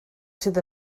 sydd